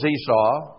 Esau